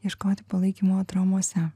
ieškoti palaikymo atramose